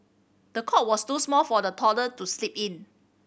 the cot was too small for the toddler to sleep in